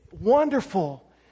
wonderful